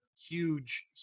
huge